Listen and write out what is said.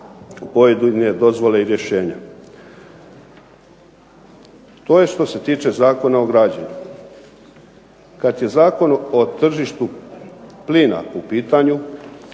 pojedine dozvole i rješenja. To je što se tiče Zakona o građenju. Kad je Zakon o tržištu plina u pitanju,